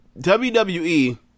WWE